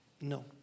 No